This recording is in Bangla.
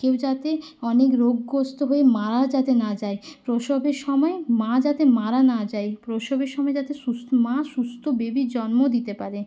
কেউ যাতে অনেক রোগগ্রস্ত হয়ে মারা যাতে না যায় প্রসবের সময়ে মা যাতে মারা না যায় প্রসবের সময়ে যাতে সুস্ মা সুস্থ বেবির জন্ম দিতে পারে